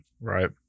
Right